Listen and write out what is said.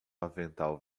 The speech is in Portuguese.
avental